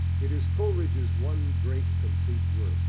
it is coleridge's one great complete work,